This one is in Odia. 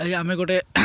ଆଜି ଆମେ ଗୋଟେ